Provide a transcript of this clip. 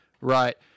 Right